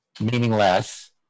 meaningless